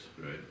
Right